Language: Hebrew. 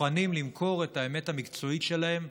מוכנים למכור את האמת המקצועית שלהם,